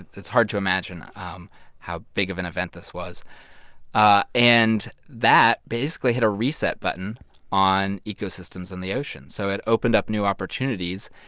it's hard to imagine um how big of an event this was ah and that basically hit a reset button on ecosystems in the ocean. so it opened up new opportunities.